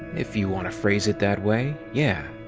if you want to phrase it that way, yeah.